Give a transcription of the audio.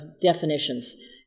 definitions